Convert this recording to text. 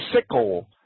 sickle